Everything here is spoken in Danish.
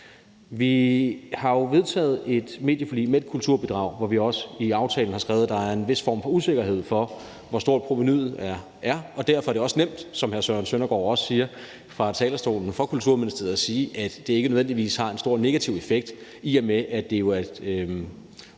Vi har jo vedtaget et medieforlig med et kulturbidrag, og vi har også i aftalen skrevet, at der er en vis form for usikkerhed om, hvor stort provenuet er. Derfor er det også nemt, som hr. Søren Søndergaard også siger fra talerstolen, for Kulturministeriet at sige, at det ikke nødvendigvis har en stor negativ effekt, i og med at det jo er et